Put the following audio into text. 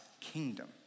kingdom